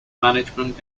management